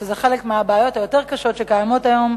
וזה חלק מהבעיות היותר קשות שקיימות היום,